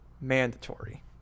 Mandatory